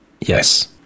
Yes